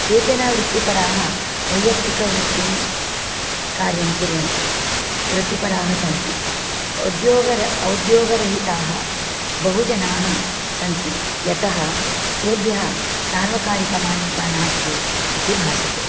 केचन वृत्तिपराः वैयक्तिकवृत्तिं कार्यं कुर्वन्ति वृत्तिपराः सन्ति उद्योग औद्योगरहिताः बहु जनाः सन्ति यतः तेभ्यः सार्वकारिकमान्यता नास्ति इति भासते